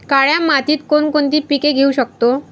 काळ्या मातीत कोणकोणती पिके घेऊ शकतो?